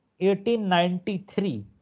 1893